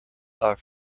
are